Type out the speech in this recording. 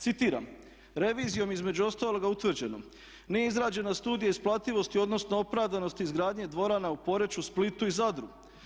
Citiram, "Revizijom između ostalog je utvrđeno nije izrađena studija isplativosti odnosno opravdanosti izgradnje dvorana u Poreču, Splitu i Zadru.